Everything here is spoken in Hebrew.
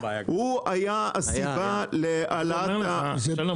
הוא היה הסיבה להעלאת ה --- שלום,